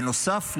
בנוסף לזה,